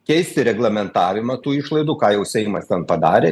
keisti reglamentavimą tų išlaidų ką jau seimas ten padarė